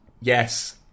yes